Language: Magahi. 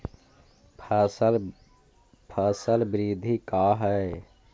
फसल वृद्धि का है?